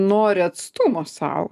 nori atstumo sau